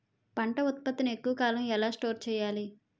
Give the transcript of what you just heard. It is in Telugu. పంట ఉత్పత్తి ని ఎక్కువ కాలం ఎలా స్టోర్ చేయాలి?